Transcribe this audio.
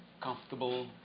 comfortable